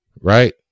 right